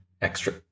Extra